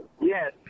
Yes